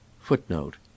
FOOTNOTE